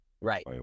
right